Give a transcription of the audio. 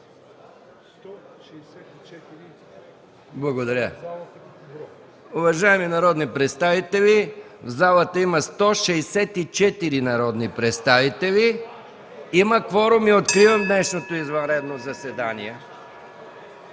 Уважаеми народни представители, в залата има 164 народни представители. Има кворум и откривам днешното извънредно заседание.